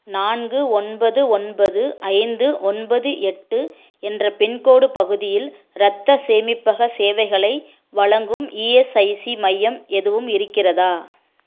நான்கு ஒன்பது ஒன்பது ஐந்து ஒன்பது எட்டு என்ற பின்கோடு பகுதியில் இரத்த சேமிப்பகச் சேவைகளை வழங்கும் இஎஸ்ஐசி மையம் எதுவும் இருக்கிறதா